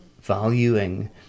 valuing